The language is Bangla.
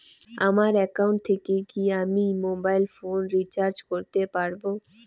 আমার একাউন্ট থেকে কি আমি মোবাইল ফোন রিসার্চ করতে পারবো?